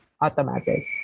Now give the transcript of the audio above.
automatic